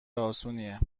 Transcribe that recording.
اسونیه